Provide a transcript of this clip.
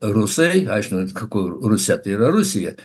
rusai aiškina kur rusia tai yra rusija